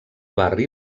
barri